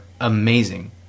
amazing